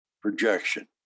projection